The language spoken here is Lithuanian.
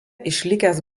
išlikęs